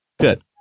Good